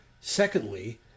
Secondly